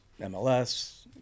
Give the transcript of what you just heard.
MLS